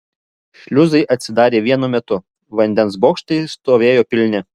šliuzai atsidarė vienu metu vandens bokštai stovėjo pilni